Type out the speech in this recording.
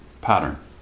pattern